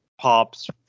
pops